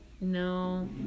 no